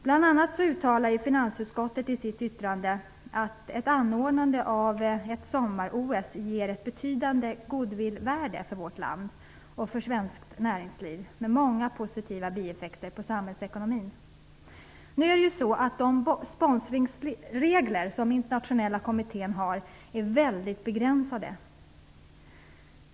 Finansutskottet uttalar ju bl.a. i sitt yttrande att ett anordnande av ett sommar-OS ger vårt land och svenskt näringsliv ett betydande goodwillvärde med många positiva bieffekter på samhällsekonomin. De sponsringsregler som den internationella kommittén har är mycket begränsade.